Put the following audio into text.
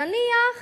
נניח